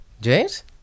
James